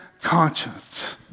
conscience